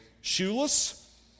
shoeless